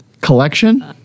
Collection